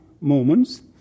moments